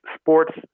sports